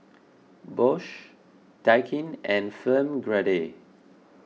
Bosch Daikin and Film Grade